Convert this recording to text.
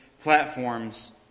platforms